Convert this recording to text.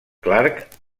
clark